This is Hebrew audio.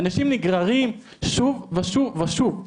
אנשים נגררים שוב ושוב ושוב.